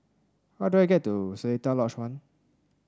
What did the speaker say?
how do I get to Seletar Lodge One